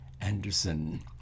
Anderson